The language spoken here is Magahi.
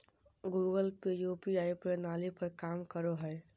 गूगल पे यू.पी.आई प्रणाली पर काम करो हय